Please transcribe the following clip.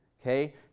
Okay